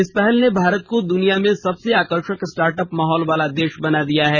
इस पहल ने भारत को द्वनिया में सबसे आकर्षक स्टार्टअप माहौल वाला देश बना दिया है